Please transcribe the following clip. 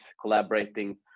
collaborating